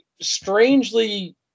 strangely